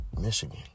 Michigan